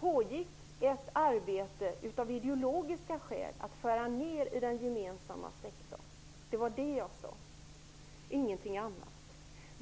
pågick ett arbete med att av ideologiska skäl skära ner i den gemensamma sektorn. Detta och ingenting annat sade jag.